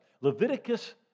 Leviticus